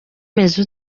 umeze